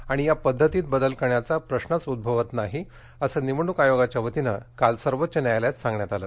आणि या पद्धतीत बदल करण्याचा प्रश्रच उद्भवत नाही असं निवडणूक आयोगाच्या वतीनं काल सर्वोच्च न्यायालयाला सांगण्यात आलं